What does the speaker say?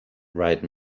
right